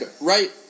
right